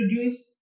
produce